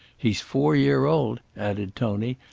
he's four year old, added tony,